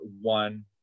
one